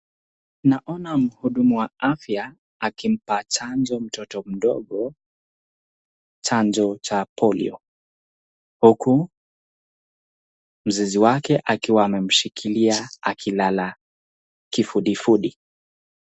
Naona mhudumu wa afya akimpa chanjo mtoto mdogo, chanjo Cha polio. Huku mzazi wake akiwa amemshilkiia akilala kifudifudi.